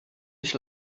ich